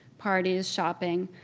parties, shopping,